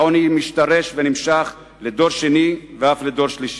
העוני משתרש ונמשך לדור שני ואף לדור שלישי.